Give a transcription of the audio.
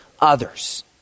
others